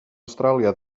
awstralia